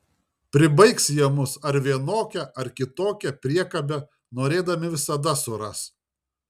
pribaigs jie mus ar vienokią ar kitokią priekabę norėdami visada suras